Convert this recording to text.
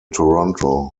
toronto